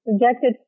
projected